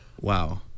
Wow